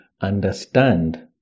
understand